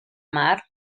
mar